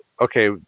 okay